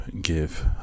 give